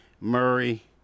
Murray